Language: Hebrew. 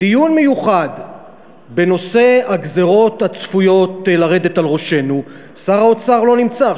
דיון מיוחד בנושא הגזירות הצפויות לרדת על ראשינו שר האוצר לא נמצא?